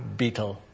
beetle